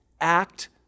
act